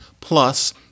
Plus